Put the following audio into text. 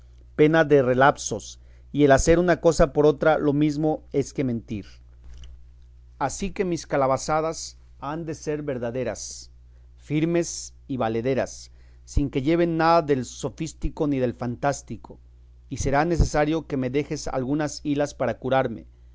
pena de relasos y el hacer una cosa por otra lo mesmo es que mentir ansí que mis calabazadas han de ser verdaderas firmes y valederas sin que lleven nada del sofístico ni del fantástico y será necesario que me dejes algunas hilas para curarme